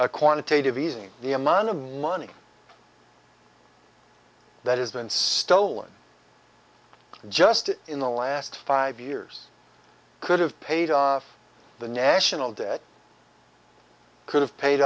quantitative easing the amount of money that has been stolen just in the last five years could have paid off the national debt could have